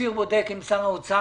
אופיר כץ בודק עם שר האוצר.